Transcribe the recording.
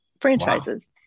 franchises